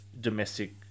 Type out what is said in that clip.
domestic